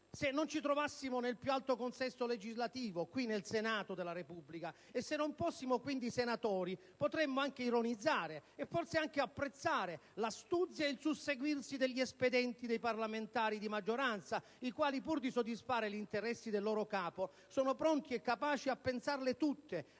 se non ci trovassimo nel più alto consesso legislativo, nel Senato della Repubblica, e se non fossimo quindi senatori, potremmo ironizzare e forse anche apprezzare l'astuzia o il susseguirsi degli espedienti dei parlamentari di maggioranza, i quali, pur di soddisfare gli interessi del loro capo, sono pronti e capaci di pensarle tutte,